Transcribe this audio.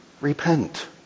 repent